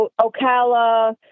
Ocala